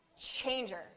changer